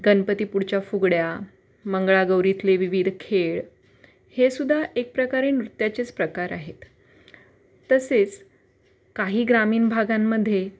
गणपतीपुढच्या फुगड्या मंगळागौरीतले विविध खेळ हेसुद्धा एक प्रकारे नृत्याचेच प्रकार आहेत तसेच काही ग्रामीण भागांमध्ये